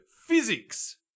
physics